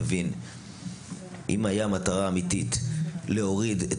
נבין שאם הייתה מטרה אמיתית להוריד את